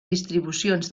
distribucions